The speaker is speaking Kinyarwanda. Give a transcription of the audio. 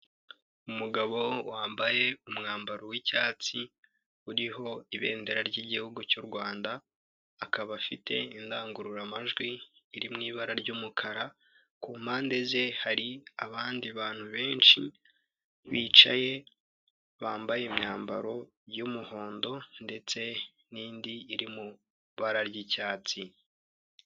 Umugabo wambaye umwambaro w'icyatsi uriho ibendera ry'igihugu cy'u Rwanda. Akaba afite indangururamajwi iri mu ibara ry'umukara ku mpande ze hari abandi bantu benshi bicaye bambaye imyambaro y'umuhondo ndetse n'indi iri mu ibara ry'icyatsi.